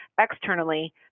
externally